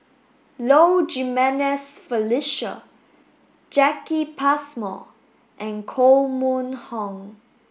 Low Jimenez Felicia Jacki Passmore and Koh Mun Hong